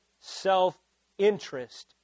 self-interest